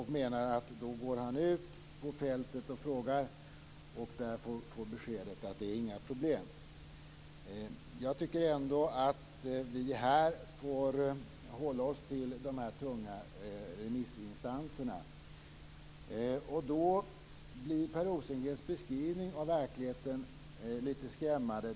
Han går då ut offentligt och frågar, och får beskedet att det inte är några problem. Jag tycker ändå att vi här får hålla oss till de tunga remissinstanserna. Och då blir Per Rosengrens beskrivning av verkligheten lite skrämmande.